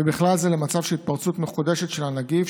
ובכלל זה במצב של התפרצות מחודשת של הנגיף,